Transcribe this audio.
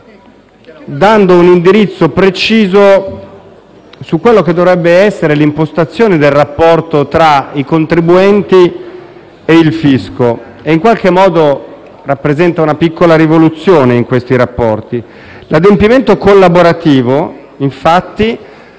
dando un indirizzo preciso su quella che dovrebbe essere l'impostazione del rapporto tra i contribuenti e il fisco e in qualche modo rappresenta una piccola rivoluzione in questi rapporti. L'adempimento collaborativo, infatti,